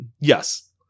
Yes